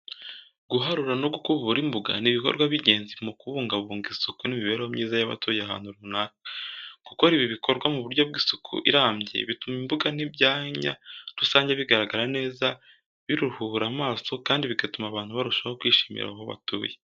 Guharura no gukubura imbuga ni ibikorwa by’ingenzi mu kubungabunga isuku n’imibereho myiza y’abatuye ahantu runaka. Gukora ibi bikorwa mu buryo bw’isuku irambye bituma imbuga n’ibyanya rusange bigaragara neza, biruhura amaso kandi bigatuma abantu barushaho kwishimira aho batuye.